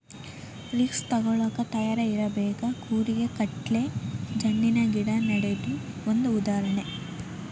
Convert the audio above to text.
risk ತುಗೋಳಾಕ ತಯಾರ ಇರಬೇಕ, ಕೂರಿಗೆ ಗಟ್ಲೆ ಜಣ್ಣಿನ ಗಿಡಾ ನೆಡುದು ಒಂದ ಉದಾಹರಣೆ